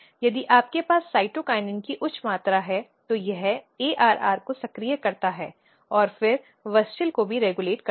यदि आपके पास साइटोकिनिन की उच्च मात्रा है तो यह ARR को सक्रिय करता है और फिर WUSCHEL को भी रेगुलेट करता है